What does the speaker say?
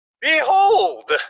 behold